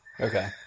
Okay